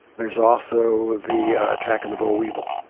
there's also the attack of the boll weevil,